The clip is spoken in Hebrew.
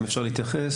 אם אפשר להתייחס.